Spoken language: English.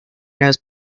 nose